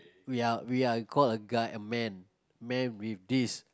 we are we are called a guy a man men with this